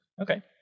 Okay